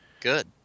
Good